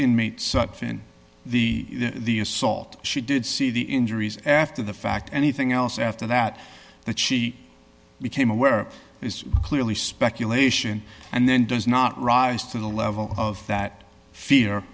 inmates in the the assault she did see the injuries after the fact anything else after that that she became aware is clearly speculation and then does not rise to the level of that fear